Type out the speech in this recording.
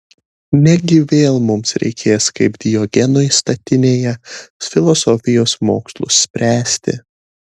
negi vėl mums reikės kaip diogenui statinėje filosofijos mokslus spręsti